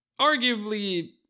Arguably